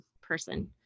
person